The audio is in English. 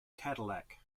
cadillac